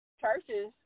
churches